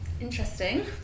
Interesting